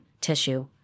tissue